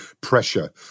pressure